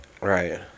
Right